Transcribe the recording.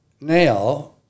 now